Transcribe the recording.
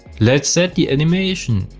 let's set the animation.